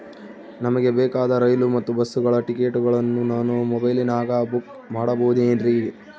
ನಮಗೆ ಬೇಕಾದ ರೈಲು ಮತ್ತ ಬಸ್ಸುಗಳ ಟಿಕೆಟುಗಳನ್ನ ನಾನು ಮೊಬೈಲಿನಾಗ ಬುಕ್ ಮಾಡಬಹುದೇನ್ರಿ?